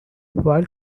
while